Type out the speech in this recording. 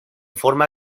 forma